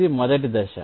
ఇది మొదటి దశ